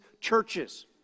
churches